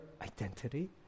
identity